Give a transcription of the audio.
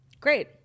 Great